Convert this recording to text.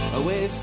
away